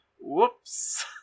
Whoops